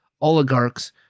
oligarchs